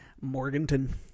Morganton